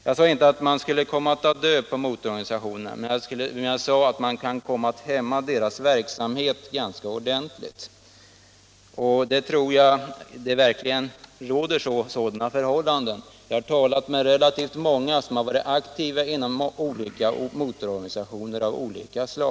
Jag menade inte att den kommer att ta död på motororganisationerna, men jag sade att den kan komma att hämma deras verksamhet ganska ordentligt, och jag tror också att sådana förhållanden verkligen råder att denna farhåga är berättigad. Jag har talat med relativt många aktiva inom motororganisationer av olika slag.